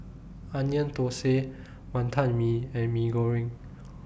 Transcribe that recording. Onion Thosai Wantan Mee and Mee Goreng